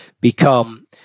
become